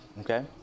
okay